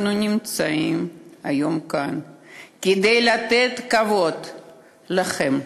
אנחנו נמצאים היום כאן כדי לתת כבוד לכם,